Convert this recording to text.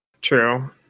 True